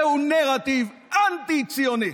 זהו נרטיב אנטי-ציוני.